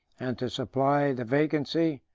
and to supply the vacancy,